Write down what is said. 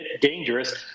dangerous